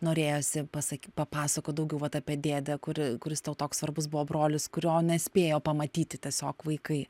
norėjosi pasak papasakoti daugiau vat apie dėdę kuri kuris tau toks svarbus buvo brolis kurio nespėjo pamatyti tiesiog vaikai